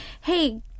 hey